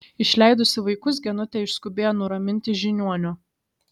išleidusi vaikus genutė išskubėjo nuraminti žiniuonio